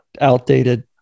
outdated